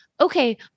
okay